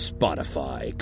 Spotify